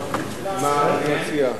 מה אתה מציע?